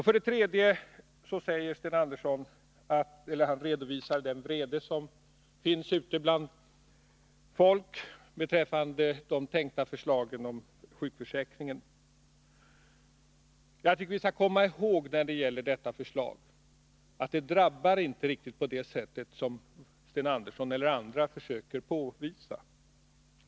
Vidare beskrev Sten Andersson den vrede som finns ute bland folk över det tänkta förslaget om sjukförsäkringen. När det gäller detta förslag tycker jag att vi skall komma ihåg att det inte riktigt drabbar folk på det sätt som Sten Andersson och andra försöker påvisa.